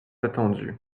attendue